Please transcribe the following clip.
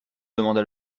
demanda